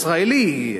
ישראלי,